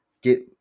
get